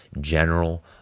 general